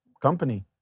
company